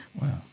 Wow